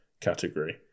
category